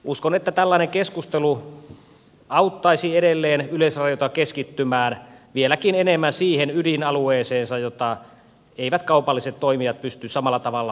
uskon että tällainen keskustelu auttaisi edelleen yleisradiota keskittymään vieläkin enemmän siihen ydinalueeseensa jota eivät kaupalliset toimijat pysty samalla tavalla hoitamaan